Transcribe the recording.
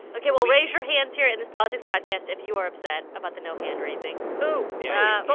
ok. well, raise your hands here in this politics podcast if you are upset about the no hand-raising oh, yeah but